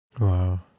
wow